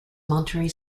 monterrey